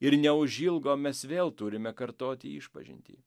ir neužilgo mes vėl turime kartoti išpažintį